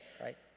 right